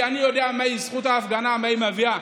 כי אני יודע מהי זכות ההפגנה ומה היא מביאה.